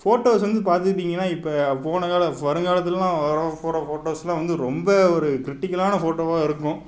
photos வந்து பார்த்துட்டீங்கன்னா இப்ப போனதோட வருங்காலத்துலலாம் வர ஃபோட்டோ ஃபோட்டோஸ்லாம் வந்து ரொம்ப ஒரு கிரிட்டிக்கலான ஃபோட்டோவாக இருக்கும்